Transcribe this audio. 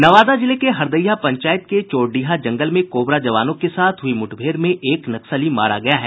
नवादा जिले में हरदिया पंचायत के चोरडीहा जंगल में कोबरा जवानों के साथ हुई मुठभेड़ में एक नक्सली मारा गया है